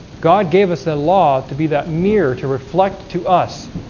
god gave us a law to be that mirror to reflect to us